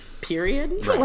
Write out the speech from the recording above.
period